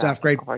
Great